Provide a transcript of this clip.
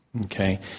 Okay